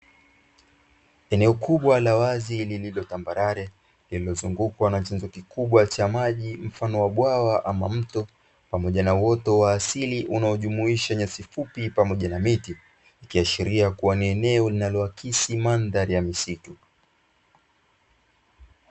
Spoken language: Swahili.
Eneo kubwa la wazi lililo tambarare, lililozungukwa na chanzo kikubwa cha maji mfano wa bwawa ama mto pamoja na uoto wa asili unao jumuisha nyasi fupi pamoja na miti, ikiashiria kuwa ni eneo linaloakisi mandhari ya misitu.